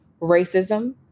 racism